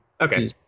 Okay